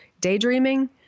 daydreaming